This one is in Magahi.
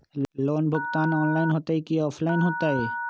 लोन भुगतान ऑनलाइन होतई कि ऑफलाइन होतई?